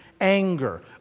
anger